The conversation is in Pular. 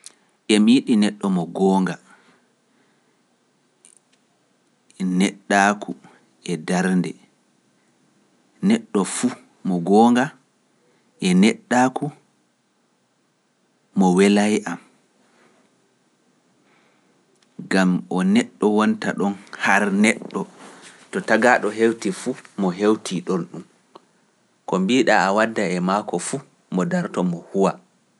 Emi yiɗi neɗɗo mo goonga, neɗɗaaku e darnde, neɗɗo fuu mo goonga e neɗɗaaku mo wela e am. Gam o neɗɗo wonta ɗon har neɗɗo to tagaaɗo hewti fuu mo hewti ɗon ɗum. Ko mbiiɗaa a wadda e maako fuu mo dartomo huwa.